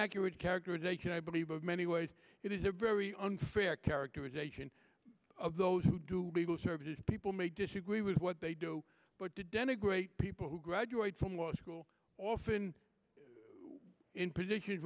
accurate characterization i believe of many ways it is a very unfair characterization of those who do legal services people may disagree with what they do but to denigrate people who graduate from law school often in positions